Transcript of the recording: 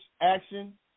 action